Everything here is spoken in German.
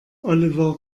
oliver